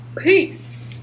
Peace